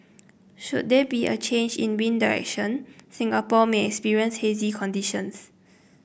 should there be a change in wind direction Singapore may experience hazy conditions